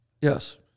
Yes